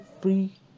free